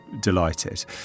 delighted